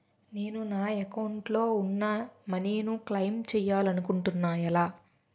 నేను నా యెక్క అకౌంట్ లో ఉన్న మనీ ను క్లైమ్ చేయాలనుకుంటున్నా ఎలా?